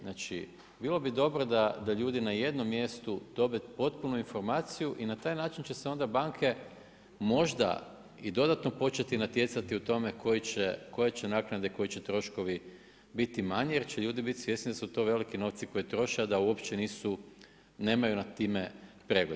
Znači bilo bi dobro da ljudi na jednom mjestu dobe potpunu informaciju i na taj način će se onda banke možda i dodatno početi natjecati u tome koje će naknade i koji će troškovi biti manji jer će ljudi biti svjesni da su to veliki novci koji troše, a da uopće nemaju nad time pregled.